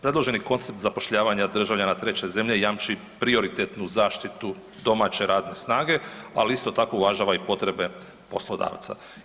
Predloženi koncept zapošljavanja državljana treće zemlje jamči prioritetnu zaštitu domaće radne snage, ali isto tako uvažava i potrebe poslodavaca.